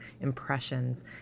impressions